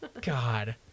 God